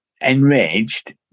enraged